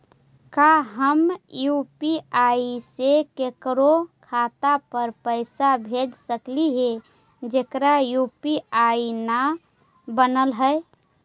का हम यु.पी.आई से केकरो खाता पर पैसा भेज सकली हे जेकर यु.पी.आई न बनल है?